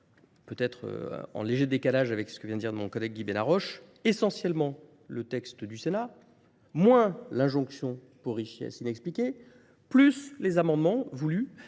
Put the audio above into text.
peut-être en léger décalage avec ce que vient de dire mon collègue Guy Benaroche, essentiellement le texte du Sénat, moins l'injonction pour richesse inexpliquée, plus les amendements voulus